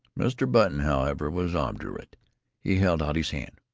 mr. button, however, was obdurate he held out his hand.